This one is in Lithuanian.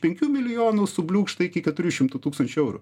penkių milijonų subliūkšta iki keturių šimtų tūkstančių eurų